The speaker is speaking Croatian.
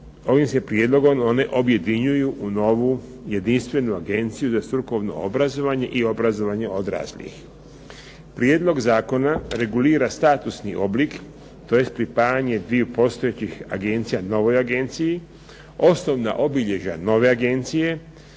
ovim se prijedlogom one objedinjuju u novu, jedinstvenu Agenciju za strukovno obrazovanje i obrazovanje odraslih. Prijedlog zakona regulira statusni oblik tj. pripajanje dviju postojećih agencija novoj agenciji, osnovna obilježja nove agencije,